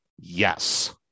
Yes